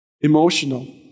emotional